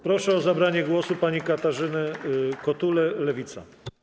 Proszę o zabranie głosu panią Katarzynę Kotulę, Lewica.